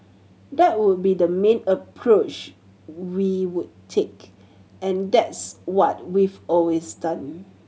that would be the main approach we would take and that's what we've always done